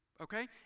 Okay